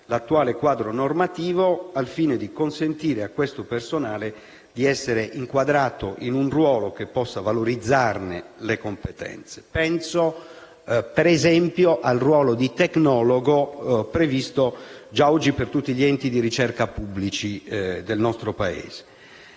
l'attuale quadro normativo al fine di consentire a questo personale di essere inquadrato in un ruolo che possa valorizzarne le competenze. Penso, per esempio, al ruolo di tecnologo, previsto già oggi per tutti gli enti di ricerca pubblici del nostro Paese.